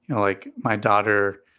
like my daughter,